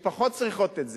שפחות צריכות את זה,